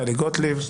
טלי גוטליב.